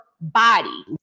body